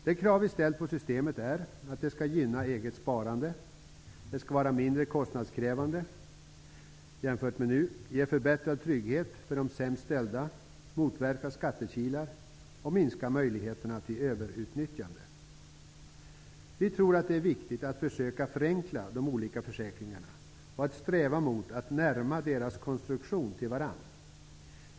De krav som vi har ställt på systemet är att det skall gynna eget sparande, vara mindre kostnadskrävande än nu, ge förbättrad trygghet för de sämst ställda, motverka skattekilar och minska möjligheterna till överutnyttjande. Vi tror att det är viktigt att försöka förenkla de olika föräkringarna och att sträva mot att närma deras konstruktion till varandra.